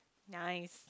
nice